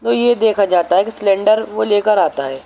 تو یہ دیکھا جاتا ہے کہ سلیںڈر وہ لے کر آتا ہے